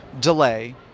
delay